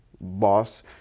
boss